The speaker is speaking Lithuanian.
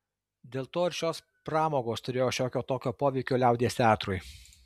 dėl to ir šios pramogos turėjo šiokio tokio poveikio liaudies teatrui